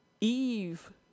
Eve